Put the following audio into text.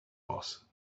boss